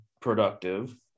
productive